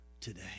today